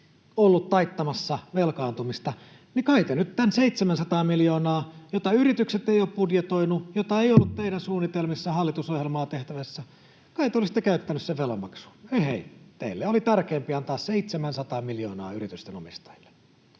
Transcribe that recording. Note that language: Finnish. olleet taittamassa velkaantumista, kai te nyt tämän 700 miljoonaa, jota yritykset eivät ole budjetoineet, jota ei ollut teidän suunnitelmissanne hallitusohjelmaa tehtäessä, olisitte käyttäneet velanmaksuun? Ehei. Teille oli tärkeämpi antaa 700 miljoonaa yritysten omistajille.